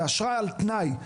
זאת אשרה על תנאי,